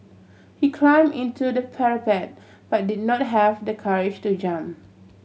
he climb into the parapet but did not have the courage to jump